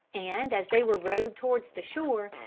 and, as they were rowed towards the shore,